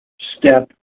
step